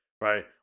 Right